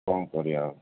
କ'ଣ କରିବା ଆଉ